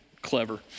clever